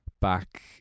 back